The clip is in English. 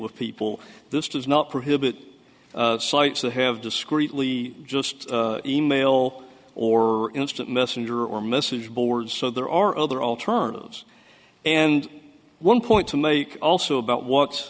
with people this does not prohibit sites that have discreetly just e mail or instant messenger or message boards so there are other alternatives and one point to make also about what's